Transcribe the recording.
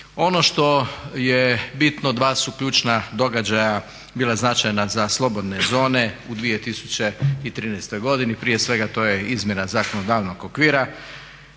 Ono što je bitno, dva su ključna događaja bila značajna za slobodne zone u 2013. godini, prije svega to je izmjena zakonodavnog okvira.